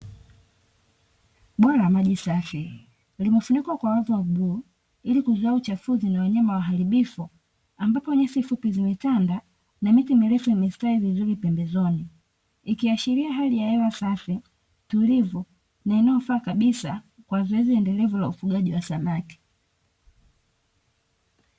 Bwawa la maji safi limefunikwa kwa wavu wa bluu ili kuzuia uchafuzi wa wanyama waharibifu, ambapo nyasi zimetanda na miti mirefu imestawi vizuri pembezoni, ikiashiria hali ya hewa safi tulivu na inayofaa kabisa kwa zoezi endelevu la ufugaji wa samaki.